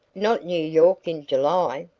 not new york in july?